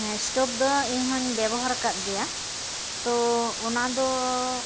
ᱦᱮᱸ ᱥᱴᱳᱵᱷ ᱫᱚ ᱤᱧᱦᱚᱧ ᱵᱮᱵᱚᱦᱟᱨ ᱟᱠᱟᱫ ᱜᱮᱭᱟ ᱛᱳ ᱚᱱᱟᱫᱚ